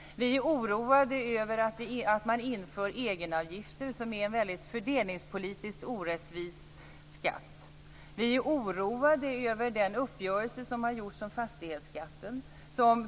Vi är oroade över att man inför egenavgifter som är en fördelningspolitiskt orättvis skatt. Vi är oroade över den uppgörelse som träffats om fastighetsskatten.